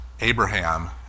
Abraham